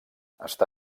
està